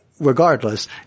Regardless